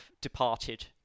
departed